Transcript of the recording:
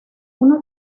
una